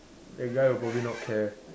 the guy would probably not care